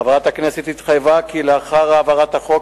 חברת הכנסת התחייבה כי לאחר העברת החוק